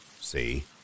See